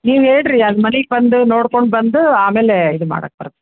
ನೀವು ಹೇಳಿರಿ ಅದು ಮನೆಗೆ ಬಂದು ನೋಡ್ಕೊಂಡು ಬಂದು ಆಮೇಲೆ ಇದು ಮಾಡೋಕೆ ಬರುತ್ತೆ